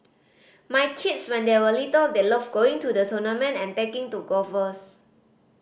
my kids when they were little they loved going to the tournament and taking to golfers